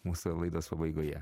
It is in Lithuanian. mūsų laidos pabaigoje